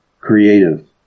creative